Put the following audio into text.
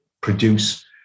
produce